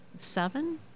seven